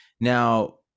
Now